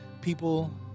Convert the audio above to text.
people